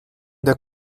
der